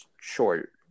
short